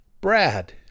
Brad